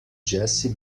jessie